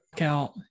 out